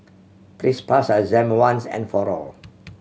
please pass your exam once and for all